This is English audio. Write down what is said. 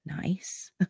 Nice